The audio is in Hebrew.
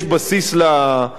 שיש בסיס למחאה.